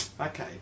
Okay